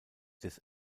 des